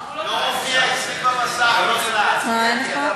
לא מופיע אצלי במסך, אין לך?